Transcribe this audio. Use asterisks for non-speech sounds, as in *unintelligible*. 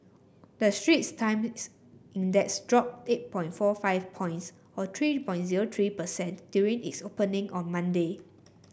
the Straits Times *unintelligible* Index dropped eight point four five points or three point zero three per cent during its opening on Monday